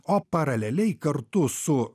o paraleliai kartu su